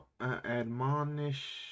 admonish